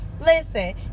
Listen